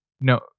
No